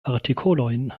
artikolojn